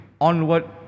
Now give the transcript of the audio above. Onward